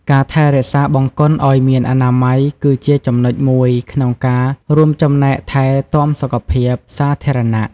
ការថែរក្សាបង្គន់ឲ្យមានអនាម័យ គឺជាចំណុចមួយក្នុងការរួមចំណែកថែទាំសុខភាពសាធារណៈ។